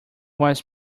was